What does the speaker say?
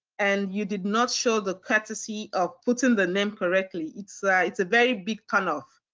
and you did not show the courtesy of putting the name correctly, it's like it's a very big turn off.